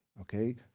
okay